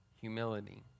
humility